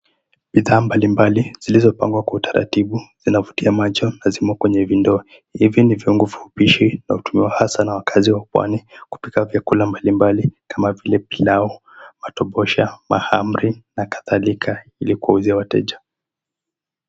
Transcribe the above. Bidhaa mbalimbali zilizopangwa kwa utaratibu zina vutia macho na zimo kwenye vindoo. Hivi ni viungo vya upishi na hutumiwa hasa na wakaazi wa pwani kupika chakula mbalimbali kama vile pilau, matobosha, mahamri na kadhalika ilikuwauzia wateja.